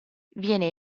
viene